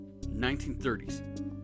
1930s